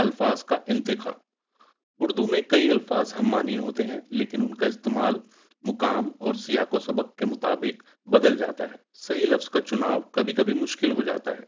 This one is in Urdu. الفاظ کا انتکھا اردو میں کئی الفاظ ہم معانیے ہوتے ہیں لیکن ان کا استعمال مقام اور سیاقوں سبق کے مطابق بدل جاتا ہے صحیح لفظ کا چناؤ کبھی کبھی مشکل ہو جاتا ہے